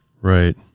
Right